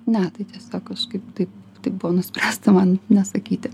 ne tai tiesiog kažkaip taip taip buvo nuspręsta man nesakyti